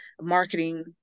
marketing